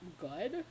good